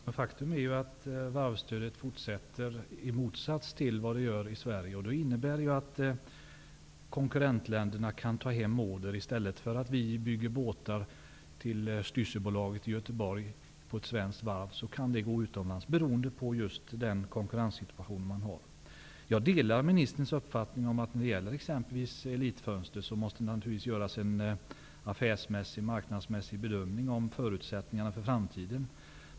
Fru talman! Faktum är att varvsstödet fortsatt gäller -- i motsats till hur det är i Sverige. Det innebär att konkurrentländerna kan ta hem order. I stället för att vi bygger båtar till Styrsöbolaget i Göteborg på ett svenskt varv kan det alltså bli så, att order går till utlandet just beroende på konkurrenssituationen. Jag delar ministerns uppfattning om att det exempelvis när det gäller Elit-Fönster måste göras en affärsmässig, marknadsmässig, bedömning av förutsättningarna för framtiden.